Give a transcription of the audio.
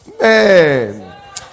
man